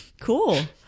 Cool